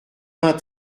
vingt